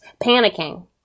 panicking